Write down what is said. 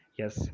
yes